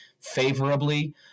favorably